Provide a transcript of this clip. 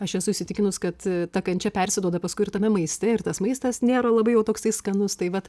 aš esu įsitikinus kad ta kančia persiduoda paskui ir tame maiste ir tas maistas nėra labai jau toksai skanus tai vat